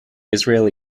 israeli